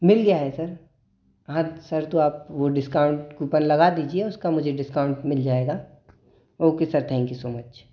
मिल गया है सर हाँ सर तो आप वो डिस्काउंट कूपन लगा दीजिए उसका मुझे डिस्काउंट मिल जाएगा okay sir thank you so much